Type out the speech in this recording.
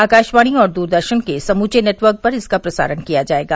आकाशवाणी और द्रदर्शन के समुचे नेटवर्क पर इसका प्रसारण किया जायेगा